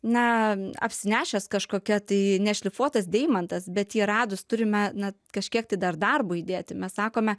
na apsinešęs kažkokia tai nešlifuotas deimantas bet jį radus turime na kažkiek tai dar darbo įdėti mes sakome